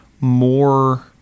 more